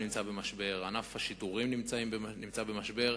ענף השידורים נמצא במשבר,